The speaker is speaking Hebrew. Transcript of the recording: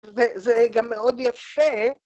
זה גם מאוד יפה.